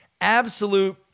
absolute